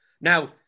Now